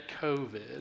COVID